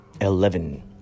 Eleven